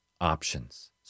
options